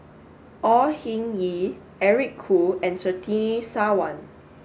Au Hing Yee Eric Khoo and Surtini Sarwan